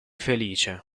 felice